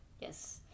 Yes